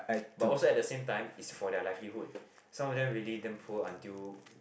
but also at the same time is for their livelihood some of them really damn poor until